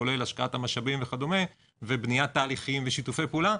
כולל השקעת המשאבים וכדומה ובניית תהליכים ושיתופי פעולה,